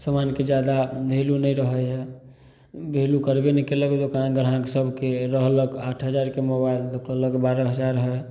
समानके जादा भैलू नहि रहै है भैलू करबे ने केलक दोकान ग्राहक सबके रहलक आठ हजारके मोबाइल तऽ कहलक बारह हजार है